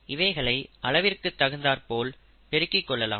இவைகளை அளவிற்கு தகுந்தார்போல் பெருக்கிக் கொள்ளலாம்